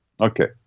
Okay